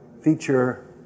feature